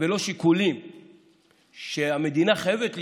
ולא השיקולים שהמדינה חייבת לשקול,